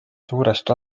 suurest